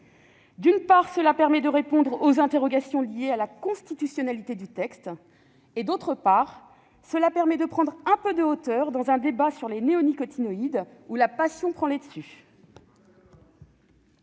d'une part, de répondre aux interrogations liées à la constitutionnalité du texte, et, d'autre part, de prendre un peu de hauteur dans un débat sur les néonicotinoïdes où la passion prend le dessus.